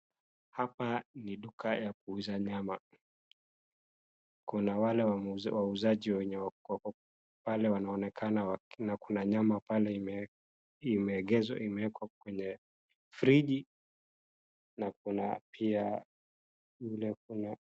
Hapa ni duka ya kuuza nyama, kuna wale wauzaji wenye wako pale wanaonekana na kuna nyama pale imeegezwa mbele, friji na kuna pia.